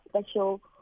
special